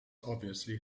obviously